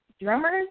drummers